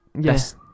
Yes